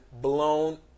blown